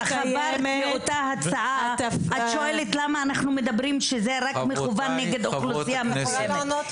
את שואלת למה אנחנו אומרים שזה מכוון רק נגד אוכלוסייה מסוימת.